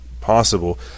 possible